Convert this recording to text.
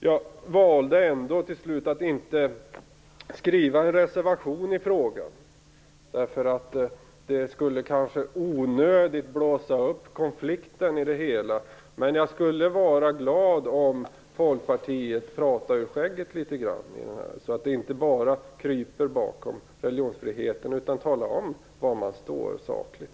Jag valde till slut att inte skriva en reservation i frågan därför att det i onödan kanske skulle blåsa upp konflikten. Men jag skulle vara glad om Folkpartiet inte bara kröp bakom religionsfriheten utan talade om var man står sakligt.